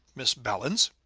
miss ballens.